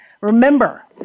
Remember